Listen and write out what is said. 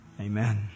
Amen